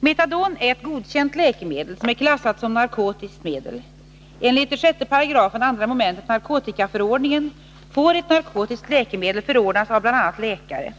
Metadon är ett godkänt läkemedel som är klassat som narkotiskt medel. Enligt 6§ 2 mom. narkotikaförordningen får ett narkotiskt läkemedel förordnas av bl.a. läkare.